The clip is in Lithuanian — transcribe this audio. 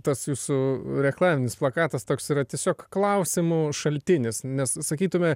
tas jūsų reklaminis plakatas toks yra tiesiog klausimų šaltinis nes sakytume